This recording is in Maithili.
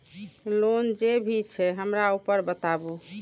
लोन जे भी छे हमरा ऊपर बताबू?